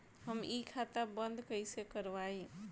हम इ खाता बंद कइसे करवाई?